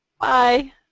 Bye